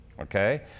Okay